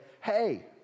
hey